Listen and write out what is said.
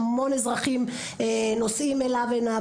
שאזרחים רבים אוהבים אותו ונושאים אליו עיניהם.